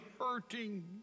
hurting